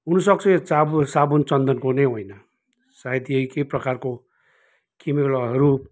हुनसक्छ यो चाबु साबुन चन्दनको नै होइन सायद यही केही प्रकारको केमिकलहरू